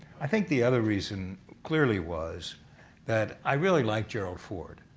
i think the other reason clearly was that i really liked gerald ford.